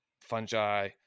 fungi